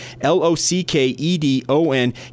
L-O-C-K-E-D-O-N